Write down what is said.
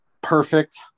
Perfect